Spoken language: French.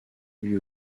lui